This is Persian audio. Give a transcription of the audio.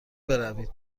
بروید